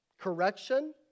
Correction